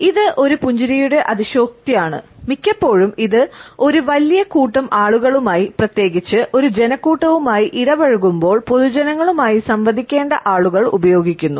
ഇത് ഒരു പുഞ്ചിരിയുടെ അതിശയോക്തിയാണ് മിക്കപ്പോഴും ഇത് ഒരു വലിയ കൂട്ടം ആളുകളുമായി പ്രത്യേകിച്ച് ഒരു ജനക്കൂട്ടവുമായി ഇടപഴകുമ്പോൾ പൊതുജനങ്ങളുമായി സംവദിക്കേണ്ട ആളുകൾ ഉപയോഗിക്കുന്നു